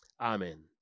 Amen